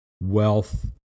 wealth